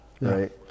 right